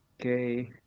Okay